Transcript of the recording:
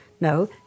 no